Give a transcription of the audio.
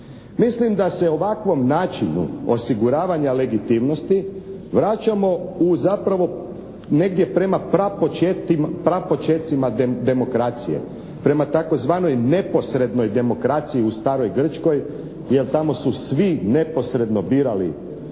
Mislim da se ovakvom načinu osiguravanja legitimnosti vraćamo u zapravo negdje prema prapočecima demokracije prema tzv. neposrednoj demokraciji u staroj Grčkoj, jer tamo su svi neposredno birali